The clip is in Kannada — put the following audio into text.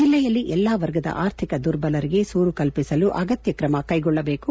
ಜಿಲ್ಲೆಯಲ್ಲಿ ಎಲ್ಲಾ ವರ್ಗದ ಅರ್ಥಿಕ ದುರ್ಬಲರಿಗೆ ಸೂರು ಕಲ್ಪಿಸಲು ಅಗತ್ತ ಕ್ರಮ ಕೈಗೊಳ್ಳಬೇಕು